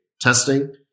testing